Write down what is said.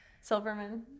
Silverman